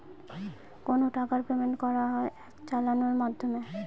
কোনো টাকার পেমেন্ট করা হয় এক চালানের মাধ্যমে